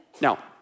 Now